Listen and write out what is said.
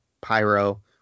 Pyro